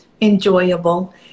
enjoyable